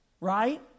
right